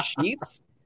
sheets